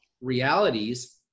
realities